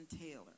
Taylor